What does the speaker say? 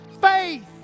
faith